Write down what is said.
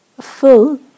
Full